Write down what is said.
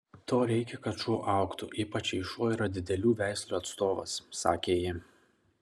to reikia kad šuo augtų ypač jei šuo yra didelių veislių atstovas sakė ji